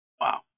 Wow